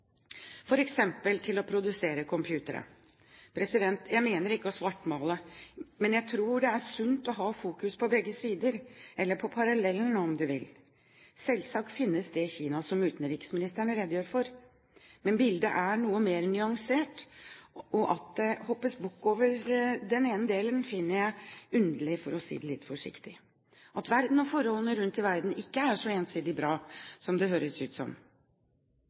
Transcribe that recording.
å produsere computere. Jeg mener ikke å svartmale, men jeg tror det er sunt å ha fokus på begge sider, eller på parallellen om du vil. Selvsagt finnes det Kina som utenriksministeren redegjør for, men bildet er noe mer nyansert, og at det hoppes bukk over den ene delen, finner jeg underlig, for å si det litt forsiktig – at verden og forholdene rundt i verden ikke er så ensidig bra, som det høres ut som.